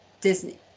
Disney